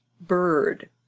bird